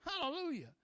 Hallelujah